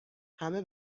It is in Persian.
همه